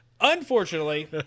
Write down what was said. Unfortunately